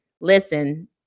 listen